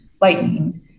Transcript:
lightning